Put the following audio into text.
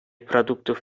продуктов